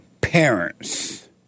parents